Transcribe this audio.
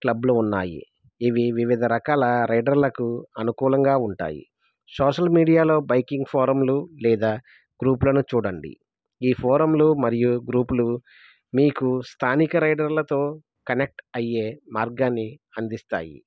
క్లబ్లు ఉన్నాయి ఇవి వివిధ రకాల రైడర్లకు అనుకూలంగా ఉంటాయి సోషల్ మీడియాలో బైకింగ్ ఫారంలు లేదా గ్రూప్లను చూడండి ఈ ఫోరంలు మరియు గ్రూపులు మీకు స్థానిక రైడర్లతో కనెక్ట్ అయ్యే మార్గాన్ని అందిస్తాయి